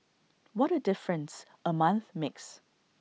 what A difference A month makes